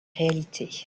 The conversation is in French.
réalité